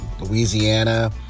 Louisiana